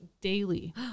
daily